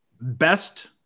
best